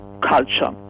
culture